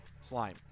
slime